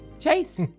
Chase